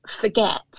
forget